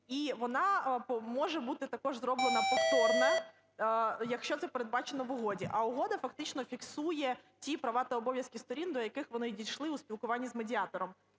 І вона може бути також зроблена повторно, якщо це передбачено в угоді. А угода фактично фіксує ті права та обов'язки сторін, до яких вони дійшли у спілкуванні з медіатором.